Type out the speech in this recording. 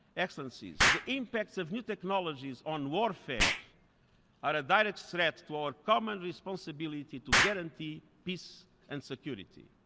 excellencies, the impacts of new technologies on warfare are a direct threat to our common responsibility to guarantee peace and security.